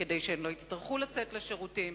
כדי שהן לא יצטרכו לצאת לשירותים.